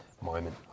moment